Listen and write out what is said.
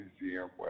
Museum